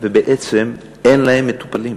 ובעצם אין להם מטופלים.